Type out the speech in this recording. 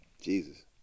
Jesus